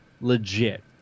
legit